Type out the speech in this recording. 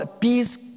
peace